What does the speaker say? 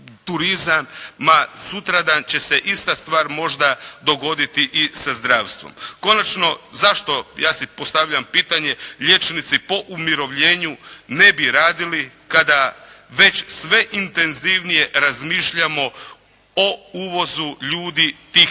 turizam. Ma, sutradan će se ista stvar možda dogoditi i sa zdravstvom. Konačno, zašto ja si postavljam pitanje liječnici po umirovljenju ne bi radili kada već sve intenzivnije razmišljamo o uvozu ljudi tih